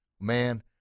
Man